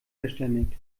verständigt